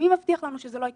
מי מבטיח לנו שזה לא יקרה?